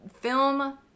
Film